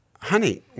honey